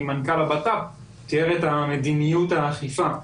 מנכ"ל הבט"פ שתיאר את מדיניות האכיפה.